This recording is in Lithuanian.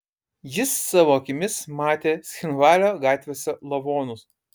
jis savo akimis matė cchinvalio gatvėse lavonus